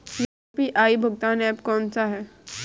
UPI भुगतान app कौन सा है?